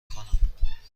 کنم